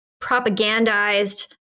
propagandized